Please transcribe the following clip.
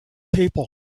people